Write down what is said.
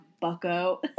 bucko